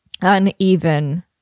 uneven